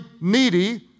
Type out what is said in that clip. needy